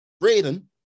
braden